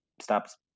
Stops